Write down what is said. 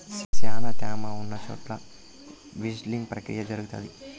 శ్యానా త్యామ ఉన్న చోట విల్టింగ్ ప్రక్రియ జరుగుతాది